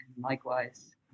likewise